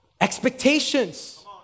expectations